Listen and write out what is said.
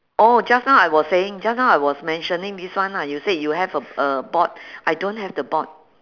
oh just now I was saying just now I was mentioning this one ah you said you have a a board I don't have the board